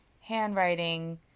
handwriting